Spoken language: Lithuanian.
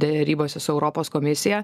derybose su europos komisija